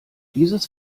dieses